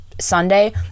Sunday